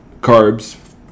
carbs